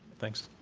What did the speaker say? thanks.